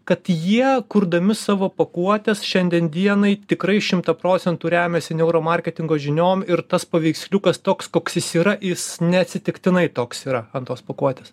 kad jie kurdami savo pakuotes šiandien dienai tikrai šimtą procentų remiasi neuromarketingo žiniom ir tas paveiksliukas toks koks jis yra jis neatsitiktinai toks yra ant tos pakuotės